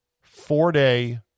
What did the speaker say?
four-day